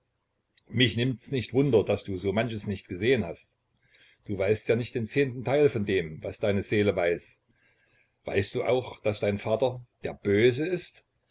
mich nimmt's nicht wunder daß du so manches nicht gesehen hast du weißt ja nicht den zehnten teil von dem was deine seele weiß weißt du auch daß dein vater der böse ist